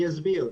אני אסביר.